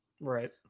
right